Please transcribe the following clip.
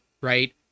right